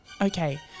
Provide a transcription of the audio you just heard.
Okay